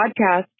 podcast